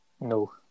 No